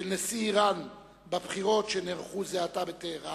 של נשיא אירן בבחירות שנערכו זה עתה בטהרן,